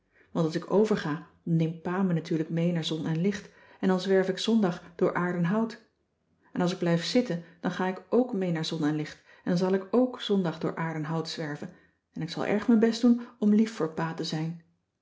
want als ik overga dan neemt pa me natuurlijk mee naar zon en licht en dan zwerf ik zondag door aerdenhout en als ik blijf zitten dan ga ik ok mee naar zon en licht en dan zal ik ok zondag door aerdenhout zwerven en ik zal erg mijn best doen om lief voor pa te zijn